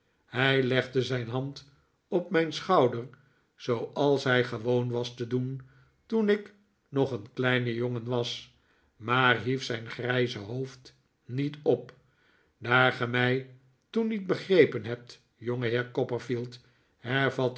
hij legde zijn hand op mijn schouder zooals hij gewoon was te doen toen ik nog een kleine jongen was maar hief zijn grijze hoofd niet op daar ge mij toen niet begrepen hebt